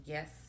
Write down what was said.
Yes